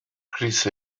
chris